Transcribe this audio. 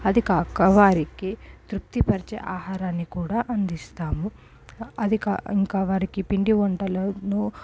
అదికాక వారికి తృప్తిపరిచే ఆహారాన్ని కూడా అందిస్తాము అది కా ఇంకా వారికి పిండి వంటలనూ